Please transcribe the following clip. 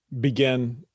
begin